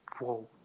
whoa